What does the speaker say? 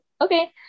okay